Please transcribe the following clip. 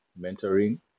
mentoring